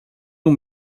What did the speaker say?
uma